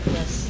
Yes